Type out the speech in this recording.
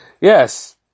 Yes